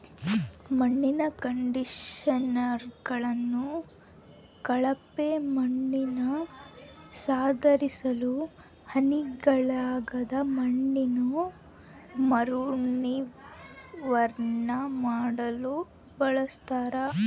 ಮಣ್ಣಿನ ಕಂಡಿಷನರ್ಗಳನ್ನು ಕಳಪೆ ಮಣ್ಣನ್ನುಸುಧಾರಿಸಲು ಹಾನಿಗೊಳಗಾದ ಮಣ್ಣನ್ನು ಮರುನಿರ್ಮಾಣ ಮಾಡಲು ಬಳಸ್ತರ